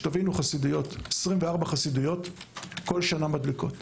תבינו, 24 חסידויות בכל שנה מדליקות,